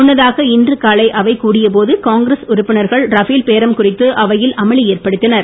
முன்னதாக இன்று காலை அவை கூடியபோது காங்கிரஸ் உறுப்பினர்கள் ரபேல் பேரம் குறித்து அவையில் அமளி ஏற்படுத்தினர்